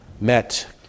met